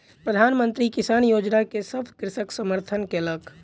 प्रधान मंत्री किसान योजना के सभ कृषक समर्थन कयलक